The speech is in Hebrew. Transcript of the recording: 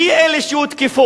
מי אלה שהותקפו,